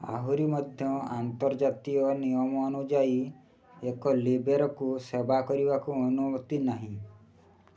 ଆହୁରି ମଧ୍ୟ ଆନ୍ତର୍ଜାତୀୟ ନିୟମ ଅନୁଯାୟୀ ଏକ ଲିବେରକୁ ସେବା କରିବାକୁ ଅନୁମତି ନାହିଁ